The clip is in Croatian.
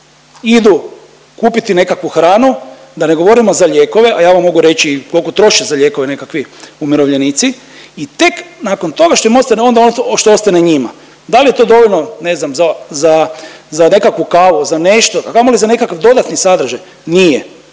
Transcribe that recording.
idu kupiti nekakvu hrane, da ne govorimo za lijekove, a ja vam mogu reći kolko troše za lijekove nekakvi umirovljenici i tek nakon toga što mu ostane ono što ostane njima, da li je to dovoljno ne znam za za nekakvu kavu za nešto, a kamoli za nekakav dodatni sadržaj, nije.